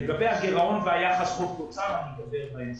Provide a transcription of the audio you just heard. לגבי הגירעון והיחס חוב תוצר, אני אדבר בהמשך.